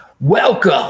Welcome